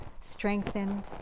strengthened